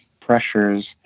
pressures